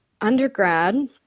undergrad